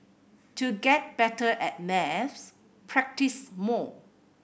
to get better at maths practise more